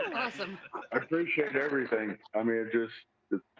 um appreciate everything. i mean, it is